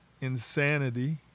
insanity